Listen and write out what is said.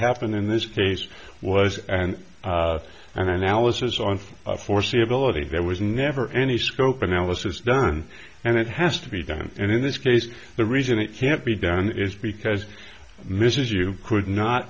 happened in this case was an analysis on foreseeability there was never any scope analysis done and it has to be done and in this case the reason it can't be done is because mrs you could not